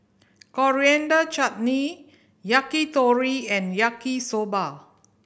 Coriander Chutney Yakitori and Yaki Soba